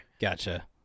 Gotcha